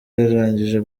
yarangije